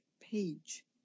page